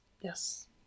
Yes